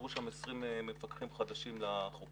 הוכשרו שם 20 מפקחים חדשים לחוקרים,